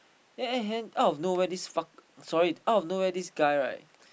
the at hand out of nowhere this fuck sorry out of nowhere this guy right